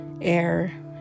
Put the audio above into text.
air